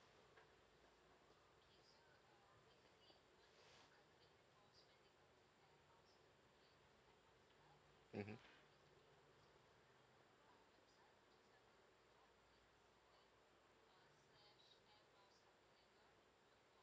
mmhmm